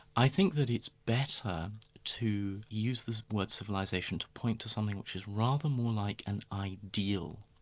i think that it's better to use this word civilisation to point to something which is rather more like an ideal.